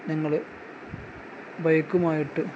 നിങ്ങൾ ബൈക്കുമായിട്ട്